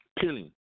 Killing